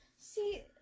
See